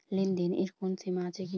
লেনদেনের কোনো সীমা আছে কি?